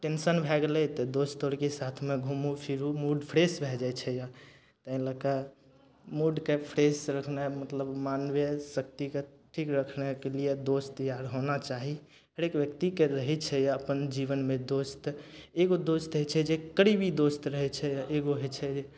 tension भए गेलय तऽ दोस्त आओर के साथमे घुमू फिरू मूड फ्रेश भए जाइ छै यऽ अइ लए कऽ मूडके फ्रेश रखनाइ मतलब मानवीय शक्तिके ठीक रखनाइ कयलिये दोस्त यार होना चाही हरेक व्यक्तिके रहय छै यऽ अपन जीवनमे दोस्त एगो दोस्त होइ छै जे करीबी दोस्त रहय छै एगो होइ छै